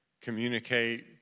communicate